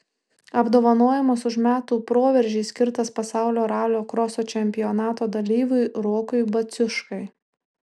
apdovanojimas už metų proveržį skirtas pasaulio ralio kroso čempionato dalyviui rokui baciuškai